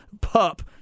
Pup